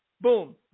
Boom